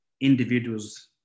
individuals